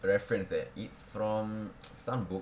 the reference eh it's from some book